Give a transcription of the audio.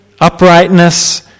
uprightness